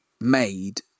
made